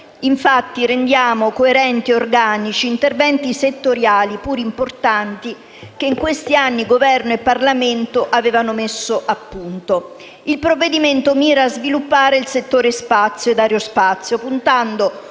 rendendo coerenti e organici interventi settoriali, pur rilevanti, che in questi anni Governo e Parlamento avevano messo a punto. Il provvedimento mira a sviluppare il settore spazio e aerospazio, puntando